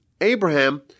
Abraham